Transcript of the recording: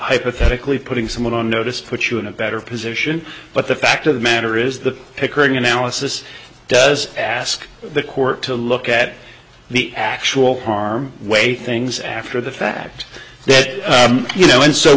hypothetically putting someone on notice put you in a better position but the fact of the matter is the pickering analysis does ask the court to look at the actual harm way things after the fact that you know and so